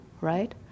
Right